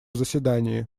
заседании